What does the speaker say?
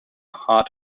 heart